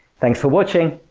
thanks for watching!